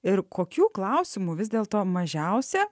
ir kokių klausimų vis dėl to mažiausia